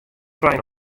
frij